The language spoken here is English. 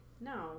No